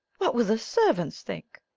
what will the servants think?